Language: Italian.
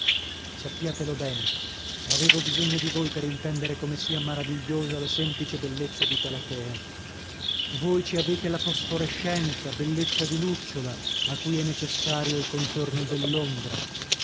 sappiatelo bene avevo bisogno di voi per intendere come sia maravigliosa la semplice bellezza di galatea voi ci avete la fosforescenza bellezza di lucciola a cui è necessario il contorno dell'ombra